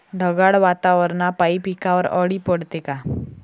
ढगाळ वातावरनापाई पिकावर अळी पडते का?